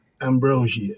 ambrosia